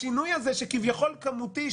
השינוי הזה שכביכול הוא כמותי,